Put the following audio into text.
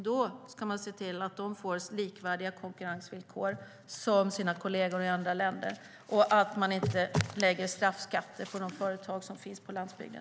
Då ska man se till att de får likvärdiga konkurrensvillkor som sina kolleger i andra länder och att man inte lägger straffskatter på de företag som finns på landsbygden.